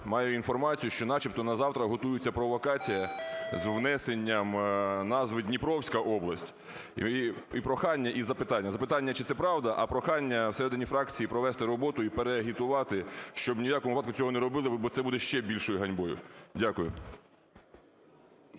маю інформацію, що начебто на завтра готується провокація з внесенням назви "Дніпровська область". І прохання, і запитання. Запитання: чи це правда? А прохання всередині фракції провести роботу іпереагітувати, щоб в ніякому випадку цього не робили, бо це буде ще більшою ганьбою. Дякую.